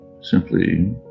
simply